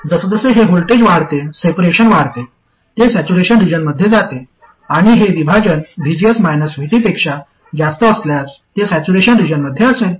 जसजसे हे व्होल्टेज वाढते सेपरेशन वाढते ते सॅच्युरेशन रिजनमध्ये जाते आणि हे विभाजन VGS VT पेक्षा जास्त असल्यास ते सॅच्युरेशन रिजनमध्ये असेल